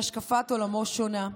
שהשקפת עולמו שונה.